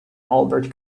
albert